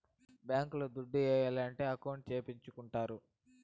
bank లో దుడ్లు ఏయాలంటే అకౌంట్ సేపిచ్చుకుంటారు